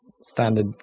Standard